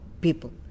people